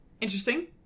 interesting